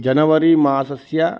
जनवरि मासस्य